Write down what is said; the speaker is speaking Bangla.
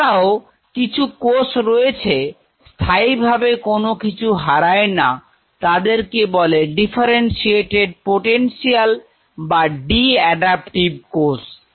এছাড়াও কিছু কোষ রয়েছে স্থায়ীভাবে কোন কিছু হারায় না তাদেরকে বলে ডিফারেন্সরেটেড পোটেনশিয়াল এবং ডি অ্যাডাপটিভ কোষ